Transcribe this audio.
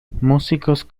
músicos